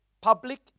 public